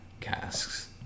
casks